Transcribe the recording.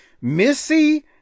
Missy